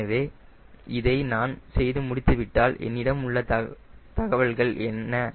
எனவே இதை நான் செய்து முடித்தால் என்னிடம் உள்ள தகவல்கள் என்ன